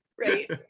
Right